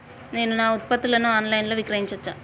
నేను నా ఉత్పత్తులను ఆన్ లైన్ లో విక్రయించచ్చా?